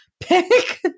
Pick